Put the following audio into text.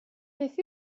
beth